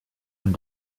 and